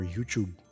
YouTube